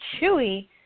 Chewy